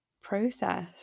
process